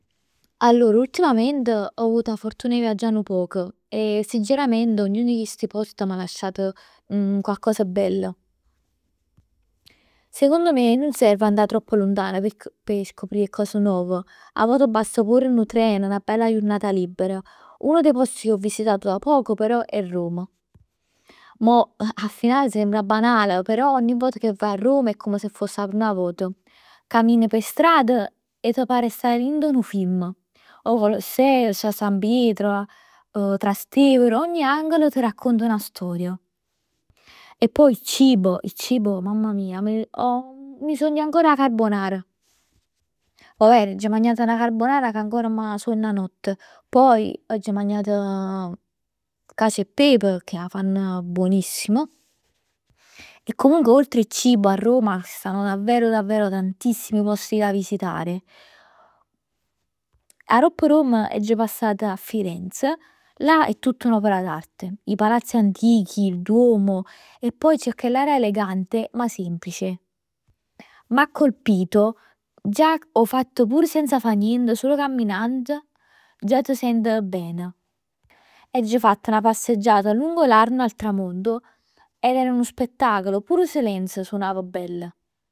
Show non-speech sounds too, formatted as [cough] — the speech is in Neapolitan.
Allor ultimament ho avuto 'a possibilità 'e viaggià nu poc e sincerament ognun 'e chisti post m' 'a lasciato coccos 'e bell. Secondo me nun serv andà troppo luntan p' scoprì 'e cos nov. 'A vvot basta pur nu tren, 'na bella jurnata libera. Uno dei posti che ho visitato da poco però è Roma. Mo a finale sembra banal, però ogni vota che vaje a Roma è come si foss 'a prima vota. Cammini p' strada e pare che staje dint 'a nu film. 'O Colosseo, sta San Pietro, [hesitation] Trastevere, ogni angolo t' racconta 'na storia. E poi il cibo. Il cibo mamma mij, mi sogno ancora 'a carbonara. 'O ver, aggio magnat 'na carbonara che ancora m' 'a suonn 'a notte. Poi aggio magnat cacio e pep che 'a fann buonissim e comunque oltre il cibo a Roma ci stanno davvero davvero tantissimi posti da visitare. Aropp Roma aggia passat a Firenze, là è tutt n'opera d'arte. I palazzi antichi, il duomo. Poi c'è chell'aria elegante, ma semplice. M'ha colpito, già 'o fatt pur senza fa nient, sul camminann, già t' sient 'e fa bene. Aggia fatt 'na passeggiata lungo l'Arno al tramonto ed era nu spettacolo. Pur Firenze suonava bell.